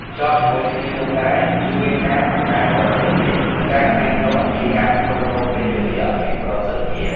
ភ្ជាប់ជាមួយគ្នានោះដែរ គឺមានការបង្កើនប្រសិទ្ធភាព និងការរៀនសូត្រ អំពីការគ្រប់គ្រងពេលវេលាឱ្យមានប្រសិទ្ធភាព។